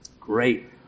Great